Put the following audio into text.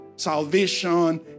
Salvation